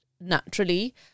naturally